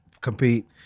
compete